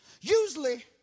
usually